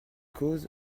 cause